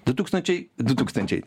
du tūkstančiai du tūkstančiai